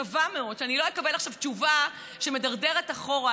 מקווה מאוד שאני לא אקבל עכשיו תשובה שמדרדרת אחורה,